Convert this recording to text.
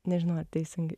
nežinau ar teisingai